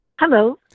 Hello